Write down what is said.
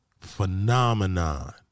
phenomenon